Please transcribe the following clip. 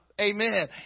Amen